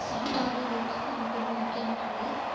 சாப்பாடுங்கிறது நமக்கு ரொம்ப முக்கியமானது